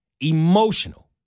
emotional